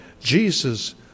Jesus